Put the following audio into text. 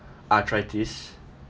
arthritis